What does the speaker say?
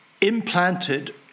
implanted